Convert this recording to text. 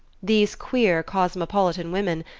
these queer cosmopolitan women,